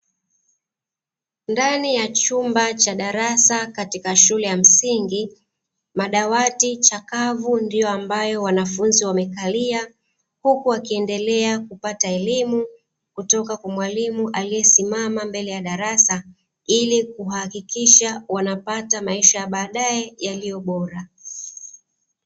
Ndani ya chumba cha darasa katika ya shule ya msingi. Madawati chakavu ndio ambayo wanafunzi wamekalia, huku wakiendelea kupata elimu kutoka kwa mwalimu aliyesimama mbele ya darasa ili kuhakikisha wanapata maisha ya baadae yaliyo bora.